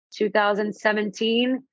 2017